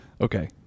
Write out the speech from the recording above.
Okay